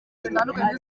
zitandukanye